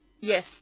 Yes